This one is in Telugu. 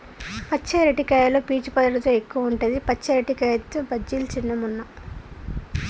పచ్చి అరటికాయలో పీచు పదార్ధం ఎక్కువుంటది, పచ్చి అరటికాయతో బజ్జిలు చేస్న మొన్న